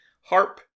harp